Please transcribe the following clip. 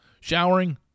showering